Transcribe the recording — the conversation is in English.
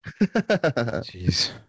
Jeez